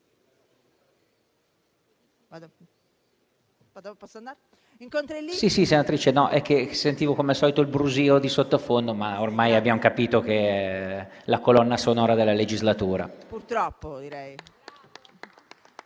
Sentivo come al solito un brusio di sottofondo, ma ormai abbiamo capito che è la colonna sonora della legislatura.